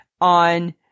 on